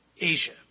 Asia